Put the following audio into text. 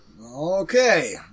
Okay